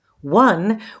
one